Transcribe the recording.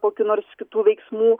kokių nors kitų veiksmų